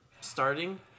starting